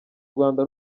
rwanda